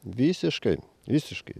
visiškai visiškai